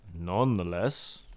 nonetheless